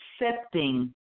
accepting